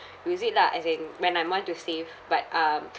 use it lah as in when I want to save but um